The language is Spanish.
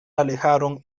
alejaron